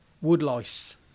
woodlice